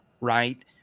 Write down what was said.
right